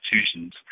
institutions